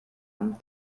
kann